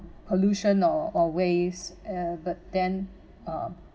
pollution or or waste ya but then uh